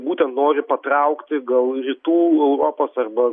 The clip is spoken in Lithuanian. būtent nori patraukti gal rytų europos arba